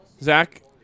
zach